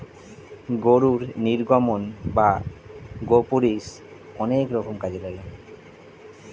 গরুর নির্গমন বা গোপুরীষ অনেক রকম কাজে লাগে